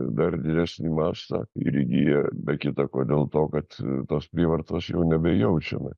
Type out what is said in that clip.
dar didesnį mąstą ir įgija be kita ko dėl to kad tos prievartos jau nebejaučiame